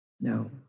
no